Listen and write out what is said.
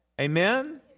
Amen